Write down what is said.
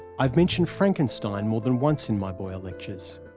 i've mentioned frankenstein more than once in my boyer lectures.